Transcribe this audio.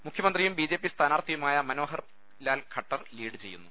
മുഖ്യമന്ത്രിയും BJP സ്ഥാനാർത്ഥിയുമായ മനോഹർലാൽഖ് ട്ടർ lead ചെയ്യുന്നു